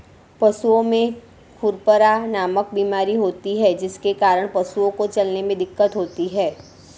पशुओं में खुरपका नामक बीमारी होती है जिसके कारण पशुओं को चलने में दिक्कत होती है